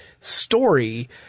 story